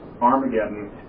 Armageddon